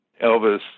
Elvis